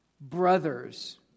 brothers